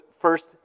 first